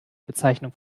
bezeichnung